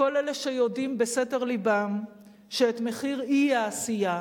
כל אלה שיודעים בסתר לבם שאת מחיר אי-העשייה,